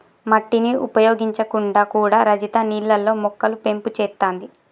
మట్టిని ఉపయోగించకుండా కూడా రజిత నీళ్లల్లో మొక్కలు పెంపు చేత్తాంది